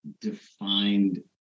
defined